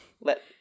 let